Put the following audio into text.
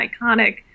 iconic